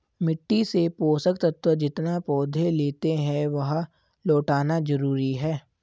मिट्टी से पोषक तत्व जितना पौधे लेते है, वह लौटाना जरूरी है